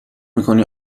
میکنی